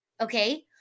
Okay